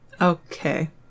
Okay